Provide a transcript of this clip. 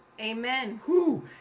Amen